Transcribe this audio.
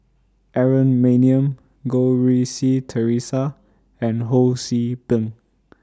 Aaron Maniam Goh Rui Si Theresa and Ho See Beng